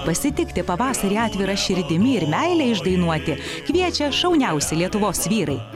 pasitikti pavasarį atvira širdimi ir meilę išdainuoti kviečia šauniausi lietuvos vyrai